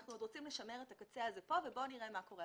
ואנחנו עוד רוצים לשמר את הקצה הזה פה ונראה מה קורה.